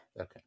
Okay